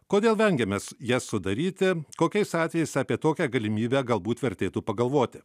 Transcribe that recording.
kodėl vengiamės jas sudaryti kokiais atvejais apie tokią galimybę galbūt vertėtų pagalvoti